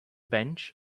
bench